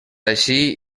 així